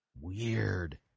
Weird